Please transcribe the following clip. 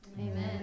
Amen